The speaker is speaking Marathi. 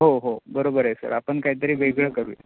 हो हो बरोबर आहे सर आपण काहीतरी वेगळं करू